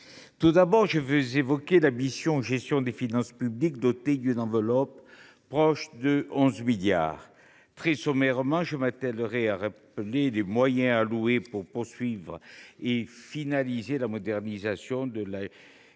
Tout d’abord, je veux évoquer la mission « Gestion des finances publiques », dotée d’une enveloppe proche de 11 milliards d’euros. Très sommairement, je m’attellerai à rappeler les moyens alloués pour poursuivre et finaliser la modernisation de la